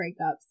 breakups